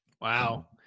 Wow